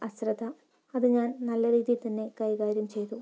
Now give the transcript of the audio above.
അശ്രദ്ധ അതു ഞാൻ നല്ല രീതിയിൽ തന്നെ കൈകാര്യം ചെയ്തു